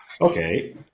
Okay